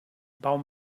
baum